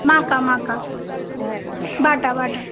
মাকা মাকা বাটা বাটা